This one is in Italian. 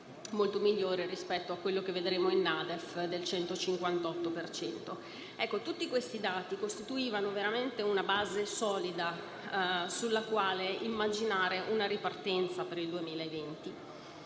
Tutti questi dati costituivano veramente una base solida sulla quale immaginare una ripartenza per il 2020